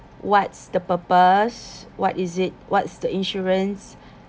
what's the purpose what is it what's the insurance